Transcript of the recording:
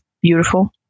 beautiful